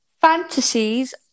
Fantasies